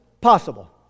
possible